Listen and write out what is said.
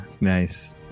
Nice